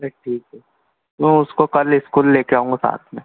अरे ठीक है मैं उसको कल इस्कूल लेकर आऊँगा साथ में